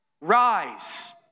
rise